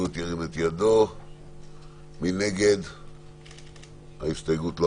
מי נגד ההסתייגות?